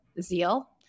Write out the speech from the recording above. zeal